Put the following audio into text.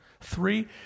Three